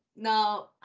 Now